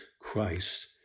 Christ